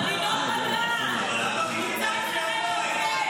על ינון מגל ------ יוצאים מדעתכם.